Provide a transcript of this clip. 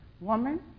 Woman